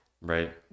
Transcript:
right